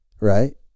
right